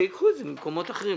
שייקחו את זה ממקומות אחרים.